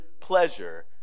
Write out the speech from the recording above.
pleasure